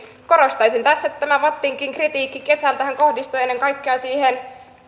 korostaisin tässä että tämä vattinkin kritiikki kesältä kohdistui ennen kaikkea